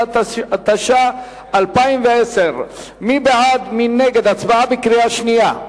15), התש"ע 2010. קריאה שנייה,